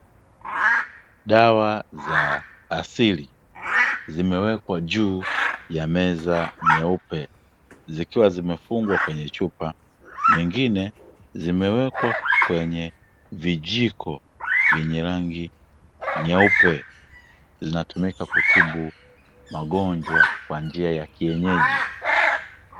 Dawa za asili zimewekwa juu ya meza nyeupe zikiwa zimefungwa kwenye chupa, nyingine zimewekwa kwenye vijiko vyenye rangi nyeupe zinatumika kutibu magonjwa kwa njia ya kienyeji.